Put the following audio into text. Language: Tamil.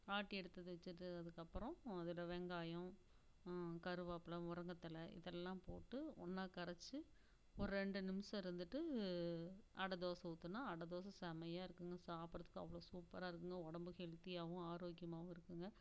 ஆட்டி எடுத்து வச்சுட்டு அதுக்கப்புறம் அதில் வெங்காயம் கறிவேப்பிலை முருங்க தழ இதெல்லாம் போட்டு ஒன்றா கரைச்சு ஒரு ரெண்டு நிமிடம் இருந்துட்டு அடை தோசை ஊற்றினா அடை தோசை செம்மையாருக்குங்க சாப்பிட்றதுக்கு அவ்வளோ சூப்பராயிருக்குங்க உடம்புக்கு ஹெல்தியாகவும் ஆரோக்கியமாகவும் இருக்குங்க